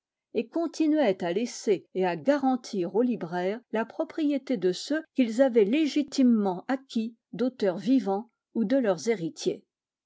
et continuait à laisser et à garantir aux libraires la propriété de ceux qu'ils avaient légitimement acquis d'auteurs vivants ou de leurs héritiers